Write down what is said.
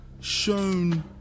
shown